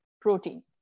protein